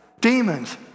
demons